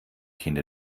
hinter